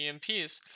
EMPs